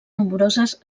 nombroses